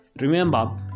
remember